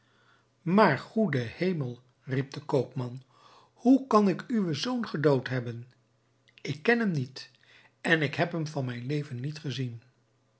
maar goede hemel riep de koopman hoe kan ik uwen zoon gedood hebben ik ken hem niet en heb hem van mijn leven niet gezien